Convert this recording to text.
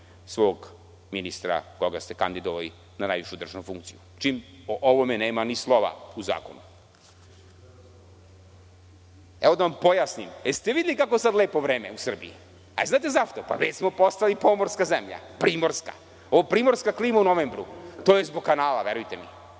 svog ministra koga ste kandidovali na najvišu državnu funkciju, čim o ovome nema ni slova u zakonu. Da vam pojasnim. Da li ste videli kako je sada lepo vreme u Srbiji? Znate zašto? Već smo postali pomorska zemlja, primerska. Ovo je primorska klima u novembru. To je zbog kanala, verujte mi.